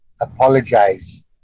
apologize